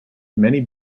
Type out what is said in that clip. many